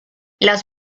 las